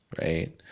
right